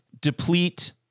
deplete